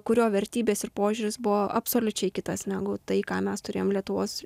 kurio vertybės ir požiūris buvo absoliučiai kitas negu tai ką mes turėjom lietuvos